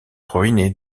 ruinée